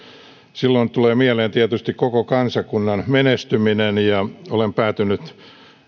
silloin tulee mieleen tietysti koko kansakunnan menestyminen olen päätynyt siihen